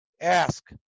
Ask